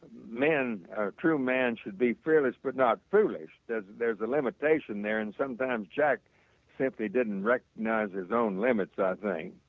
ah true man should be fearless but not foolish. there there is a limitation there and sometimes jack simply didn't recognize his own limits, i think.